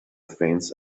fence